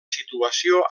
situació